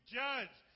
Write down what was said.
judge